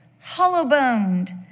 hollow-boned